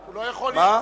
ממשלה.